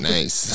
Nice